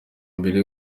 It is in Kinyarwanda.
mbere